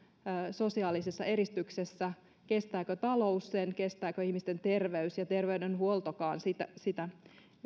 sosiaalisessa eristyksessä kestääkö talous sen kestääkö ihmisten terveys ja terveydenhuoltokaan sitä sitä